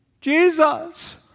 Jesus